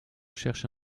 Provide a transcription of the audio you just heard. cherche